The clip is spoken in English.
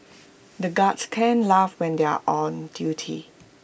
the guards can't laugh when they are on duty